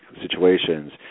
situations